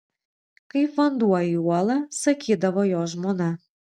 kaip vanduo į uolą sakydavo jo žmona